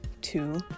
Two